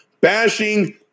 bashing